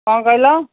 କ'ଣ କହିଲ